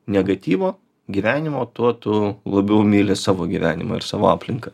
negatyvo gyvenimo tuo tu labiau myli savo gyvenimą ir savo aplinką